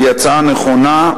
היא הצעה נכונה,